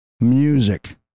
Music